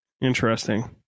interesting